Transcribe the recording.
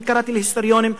אני קראתי להיסטוריונים,